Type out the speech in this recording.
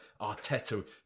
Arteta